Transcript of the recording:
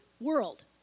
world